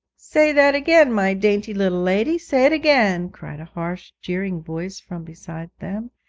say that again, my dainty little lady say it again cried a harsh, jeering voice from beside them,